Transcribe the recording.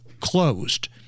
closed